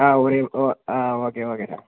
ஆ ஒரே ஆ okay okay sir